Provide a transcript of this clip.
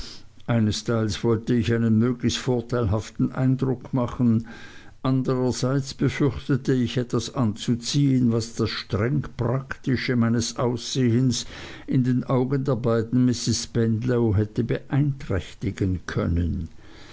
einesteils wollte ich einen möglichst vorteilhaften eindruck machen andererseits befürchtete ich etwas anzuziehen was das streng praktische meines aussehens in den augen der beiden misses spenlow hätte beeinträchtigen können